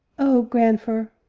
oh, grandfer!